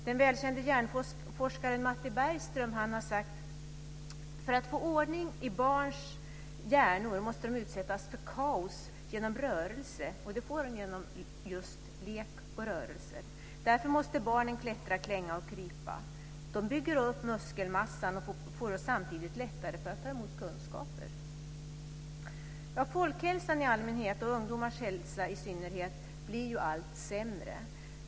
Den välkände hjärnforskaren Matti Bergström har sagt så här: För att det ska bli ordning i barns hjärnor måste de utsättas för kaos genom rörelser och lek. Därför måste barnen klättra, klänga och krypa. De bygger då upp muskelmassan och får samtidigt lättare för att ta emot kunskaper. Folkhälsan i allmänhet och ungdomars hälsa i synnerhet blir allt sämre.